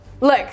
Look